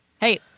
Hey